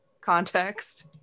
context